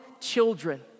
children